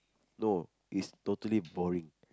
no is totally boring